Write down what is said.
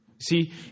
See